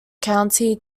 county